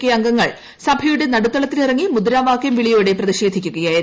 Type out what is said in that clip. K അംഗങ്ങൾ സഭയുടെ നടുത്തളത്തിലിറങ്ങി മുദ്രാവാക്യം വിളിയോടെ പ്രതീഷേധിക്കുകയായിരുന്നു